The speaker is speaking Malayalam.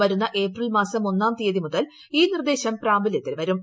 വരുന്ന ഏപ്രിൽ മാസം ഒന്നാം തീയതി മുതൽ ഈ നിർദ്ദേശം പ്രാബല്യത്തിൽ വരും